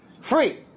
Free